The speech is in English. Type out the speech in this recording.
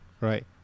right